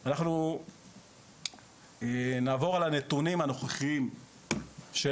אנחנו נעבור על הנתונים הנוכחיים של